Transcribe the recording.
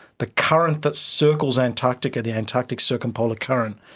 the current that circles antarctica, the antarctic circumpolar current,